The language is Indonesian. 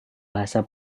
bahasa